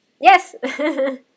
Yes